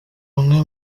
umwe